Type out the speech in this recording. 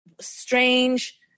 strange